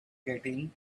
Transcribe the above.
getting